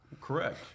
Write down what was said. Correct